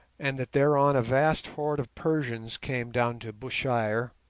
and that thereon a vast horde of persians came down to bushire,